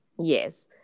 Yes